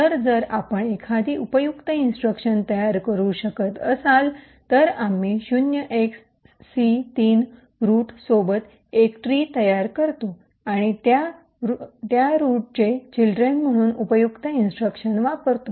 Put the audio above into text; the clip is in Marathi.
तर जर आपण एखादी उपयुक्त इंस्ट्रक्शन तयार करू शकत असाल तर आम्ही 0xC3 रूट सोबत एक ट्रि तयार करतो आणि त्या रूट चे चिल्ड्रेन म्हणून उपयुक्त इंस्ट्रक्शन वापरतो